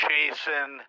Jason